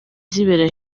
zibera